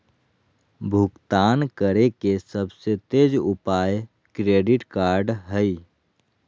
भुगतान करे के सबसे तेज उपाय क्रेडिट कार्ड हइ